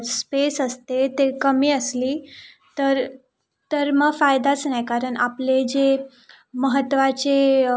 space असते ते कमी असली तर तर मग फायदाच नाही कारण आपले जे महत्त्वाचे